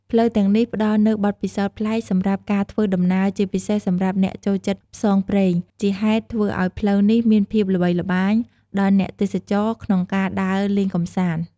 ផ្លូវទាំងនេះផ្តល់នូវបទពិសោធន៍ប្លែកសម្រាប់ការធ្វើដំណើរ ជាពិសេសសម្រាប់អ្នកចូលចិត្តផ្សងព្រេង ជាហេតុធ្វើឲ្យផ្លូវនេះមានភាពល្បីល្បាញដល់អ្នកទេសចរក្នុងការដើរលេងកម្សាន្ត។